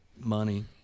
Money